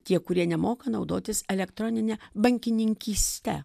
tie kurie nemoka naudotis elektronine bankininkyste